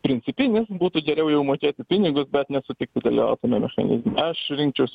principinis būtų geriau jau mokėti pinigus bet nesutikti dalyvaut tame mechaniz aš rinkčiaus